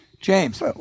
James